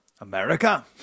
America